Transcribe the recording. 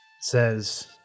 says